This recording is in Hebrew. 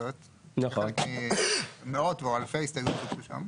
כזאת כחלק ממאות או אלפי הסתייגויות שהיו שם,